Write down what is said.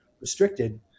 restricted